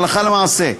הלכה למעשה,